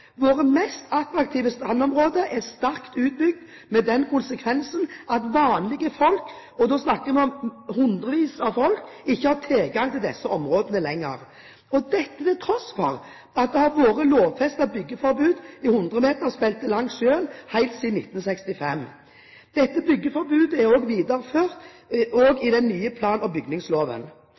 Våre mest attraktive strandområder er sterkt utbygd med den konsekvensen at vanlige folk – og da snakker jeg om hundrevis av mennesker – ikke har tilgang til disse områdene lenger, til tross for at det har vært lovfestet byggeforbud i 100-metersbeltet langs sjøen helt siden 1965. Dette byggeforbudet er også videreført i den nye plan- og bygningsloven.